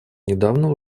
недавно